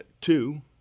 Two